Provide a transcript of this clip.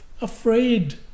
afraid